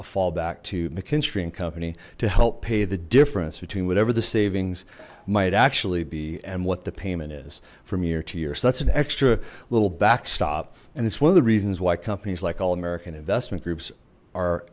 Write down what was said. and company to help pay the difference between whatever the savings might actually be and what the payment is from year to year so that's an extra little backstop and it's one of the reasons why companies like all american investment groups are